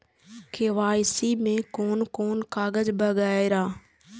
KYC में कोन कोन कागज वगैरा?